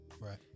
Right